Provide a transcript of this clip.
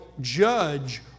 judge